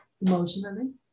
emotionally